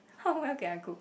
how well can I cook